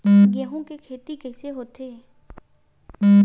गेहूं के खेती कइसे होथे?